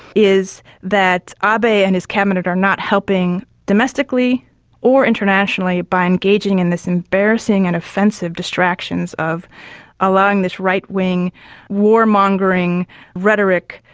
is that ah abe and his cabinet are not helping domestically or internationally by engaging in this embarrassing and offensive distractions of allowing this right-wing warmongering rhetoric,